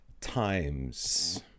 times